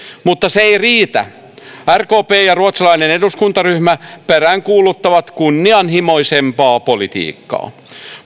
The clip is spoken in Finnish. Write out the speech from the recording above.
mutta se ei riitä rkp ja ruotsalainen eduskuntaryhmä peräänkuuluttavat kunnianhimoisempaa politiikkaa